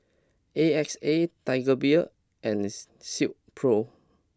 A X A Tiger Beer and Silkpro